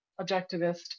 objectivist